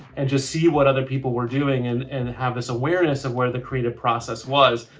and just see what other people were doing, and and have this awareness of where the creative process was,